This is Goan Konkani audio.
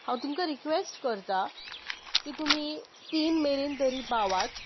हांव तुमकां रिकवेस्ट करता की तुमी तीन मेरेन तरी पावात